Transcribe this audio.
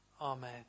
Amen